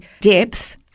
depth